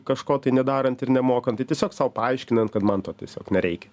kažko tai nedarant ir nemokant tai tiesiog sau paaiškinant kad man to tiesiog nereikia